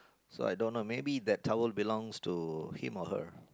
so I don't know maybe that towel belongs to him or her